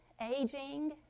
aging